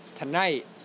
Tonight